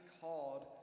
called